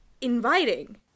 inviting